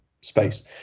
space